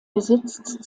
besitzt